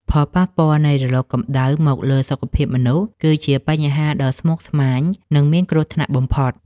ផលប៉ះពាល់នៃរលកកម្ដៅមកលើសុខភាពមនុស្ស គឺជាបញ្ហាដ៏ស្មុគស្មាញ និងមានគ្រោះថ្នាក់បំផុត។